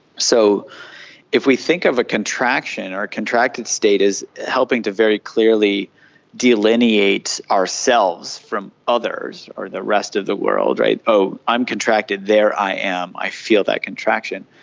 so if we think of a contraction or a contracted state is helping to very clearly delineate ourselves from others or the rest of the world, oh, i'm contracted, there i am, i feel that contraction,